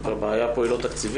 זאת אומרת, הבעיה פה היא לא תקציבית.